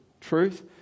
truth